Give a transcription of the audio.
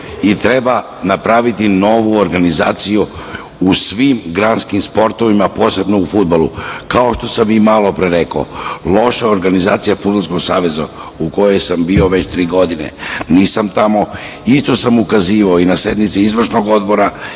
i treba napraviti novu organizaciju u svim sportovima, posebno u fudbalu. Kao što sam i malopre rekao, loša organizacija Fudbalskog saveza, u kojem sam bio već tri godine, isto sam ukazivao i na sednici Izvršnog odbora